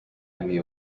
emmy